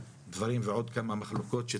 בין קבוצת הילדים של ה-100% יש למעשה דרגות שונות,